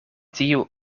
tiu